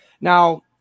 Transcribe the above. Now